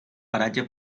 paratge